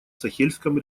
сахельском